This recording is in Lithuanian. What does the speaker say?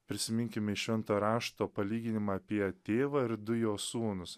prisiminkim iš švento rašto palyginimą apie tėvą ir du jo sūnus